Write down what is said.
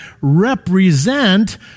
represent